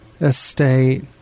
estate